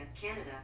canada